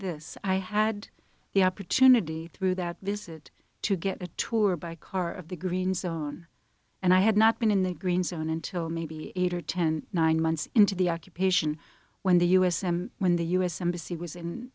this i had the opportunity through that visit to get a tour by car of the green zone and i had not been in the green zone until maybe eight or ten nine months into the occupation when the u s and when the u s embassy was in